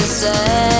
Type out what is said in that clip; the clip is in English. say